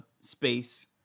space